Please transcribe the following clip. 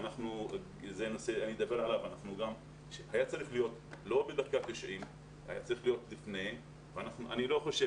וזה היה צריך להיות לא בדקה ה-90 אלא לפני כן.